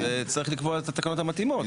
אז צריך לקבוע את התקנות המתאימות,